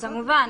כמובן.